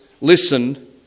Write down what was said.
listen